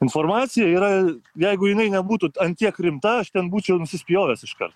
informacija yra jeigu jinai nebūtų ant tiek rimta aš ten būčiau nusispjovęs iškart